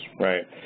right